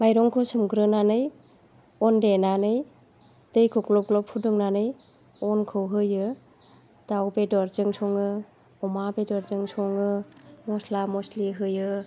माइरंखौ सोमग्रोनानै अन देनानै दैखौ ग्ल'ब ग्ल'ब फुदुंनानै अनखौ होयो दाउ बेदरजों सङो अमा बेदरजों सङो मस्ला मस्लि होयो